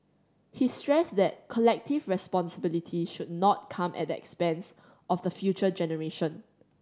he stressed that collective responsibility should not come at the expense of the future generation